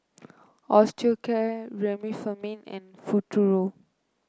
Osteocare Remifemin and Futuro